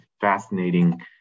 fascinating